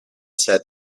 said